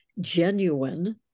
genuine